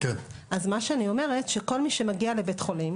מי שמגיע לבית החולים